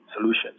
solution